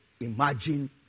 imagine